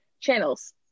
channels